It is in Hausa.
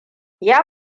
ya